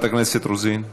מוותרת,